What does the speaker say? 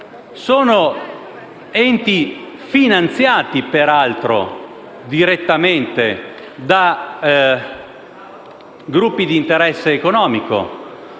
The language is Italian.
Sono enti finanziati, peraltro direttamente, da gruppi di interesse economico